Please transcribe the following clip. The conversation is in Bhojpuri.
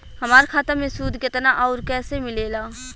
हमार खाता मे सूद केतना आउर कैसे मिलेला?